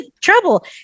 trouble